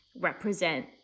represent